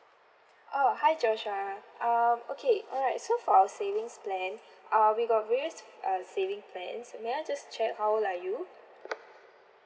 oh hi joshua um okay alright so for our savings plan uh we got various uh saving plans may I just check how old are you